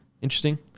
Interesting